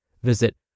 Visit